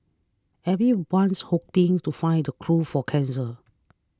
everyone's hoping to find the cure for cancer